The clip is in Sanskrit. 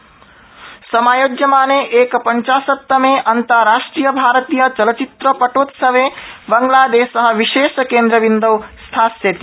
चित्रफलकोत्सव समायोज्यमाने एकपञ्चाशतत्तमे अन्ताराष्ट्रिय भारतीय चल चित्रपटोत्सवे बांग्लादेश विशेषकेन्द्रबिन्दौ स्थास्यति